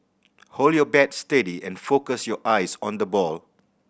hold your bat steady and focus your eyes on the ball